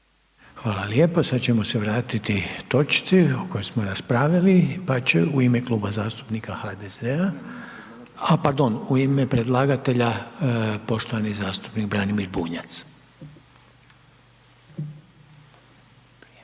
Željko (HDZ)** Sada ćemo se vratiti točci o kojoj smo raspravljali pa će u ime Kluba zastupnika HDZ-a, a pardon, u ime predlagatelja, poštovani zastupnik Branimir Bunjac.